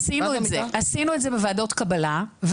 עשינו את זה בוועדות קבלה.